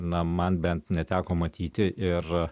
na man bent neteko matyti ir